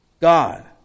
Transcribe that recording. God